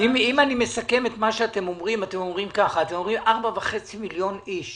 אם אני מסכם, אתם אומרים ש-4.5 מיליון אנשים